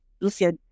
Lucia